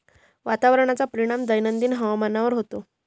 वातावरणाचा परिणाम दैनंदिन हवामानावर होतो